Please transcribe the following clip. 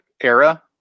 era